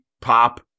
pop